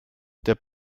der